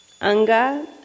anga